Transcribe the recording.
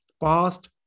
past